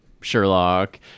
Sherlock